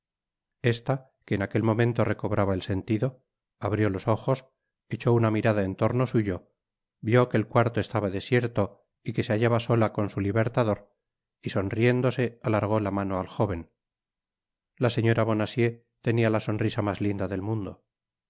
esta que en aquel momento recobraba el sentido abrió los ojos echó una mirada en tomo suyo vió que el cuarto estaba desierto y que se hallaba sola con su libertador y sonriéndose alargó la mano al jóven la señora bonacieux tenia la sonrisa mas linda del mundo